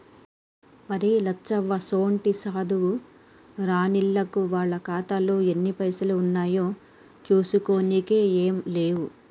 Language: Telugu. మరి లచ్చవ్వసోంటి సాధువు రానిల్లకు వాళ్ల ఖాతాలో ఎన్ని పైసలు ఉన్నాయో చూసుకోనికే ఏం లేవు